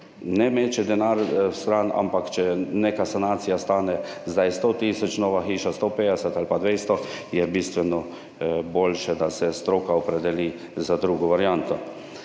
ne meče denar stran, ampak če neka sanacija stane zdaj 100.000, nova hiša 150 ali pa 200 je bistveno boljše, da se stroka opredeli za drugo varianto.